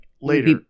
later